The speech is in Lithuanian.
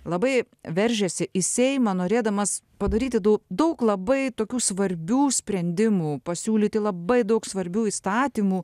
labai veržiasi į seimą norėdamas padaryti daug daug labai tokių svarbių sprendimų pasiūlyti labai daug svarbių įstatymų